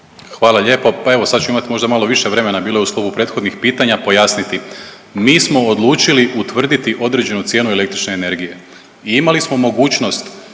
Hvala lijepo. Pa evo sad ću imat možda malo više vremena, bilo je u sklopu prethodnih pitanja, pojasniti. Mi smo odlučili utvrditi određenu cijenu električne energije i imali smo mogućnost